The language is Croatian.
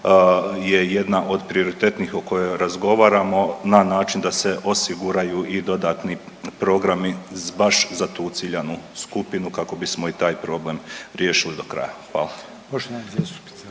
je jedna od prioritetnih o kojoj razgovaramo na način da se osiguraju i dodatni programi baš za tu ciljanu skupinu kako bismo i taj problem riješili do kraja. Hvala.